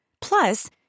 Plus